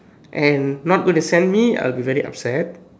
and not going to send me I will be very upset